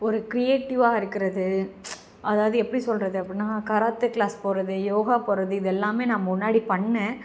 ஒரு க்ரியேட்டிவாக இருக்கிறது அதாவது எப்படி சொல்கிறது அப்படின்னா கராத்தே க்ளாஸ் போகிறது யோகா போகிறது இதெல்லாமே நான் முன்னாடி பண்ணேன்